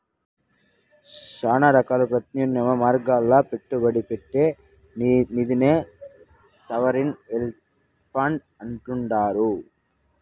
శానా రకాల ప్రత్యామ్నాయ మార్గాల్ల పెట్టుబడి పెట్టే నిదినే సావరిన్ వెల్త్ ఫండ్ అంటుండారు